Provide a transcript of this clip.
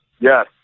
Yes